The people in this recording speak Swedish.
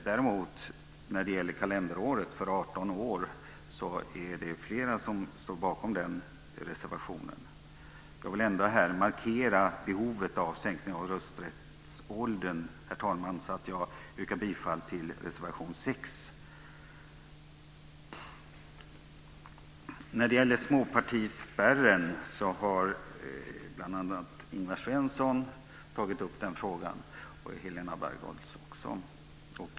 Det är däremot flera som står bakom reservationen om det kalenderår då man fyller 18. Jag vill ändå markera behovet av en sänkning av rösträttsåldern. Herr talman! Jag yrkar bifall till reservation 6. Frågan om småpartispärren har tagits upp av bl.a. Ingvar Svensson och Helena Bargholtz.